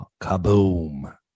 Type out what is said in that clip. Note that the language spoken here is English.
Kaboom